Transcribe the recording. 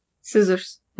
Scissors